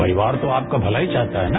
परिवार तो आपका भला ही चाहता है न